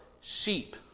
sheep